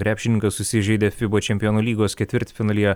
krepšininkas susižeidė fiba čempionų lygos ketvirtfinalyje